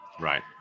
Right